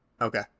okay